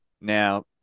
Now